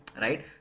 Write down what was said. right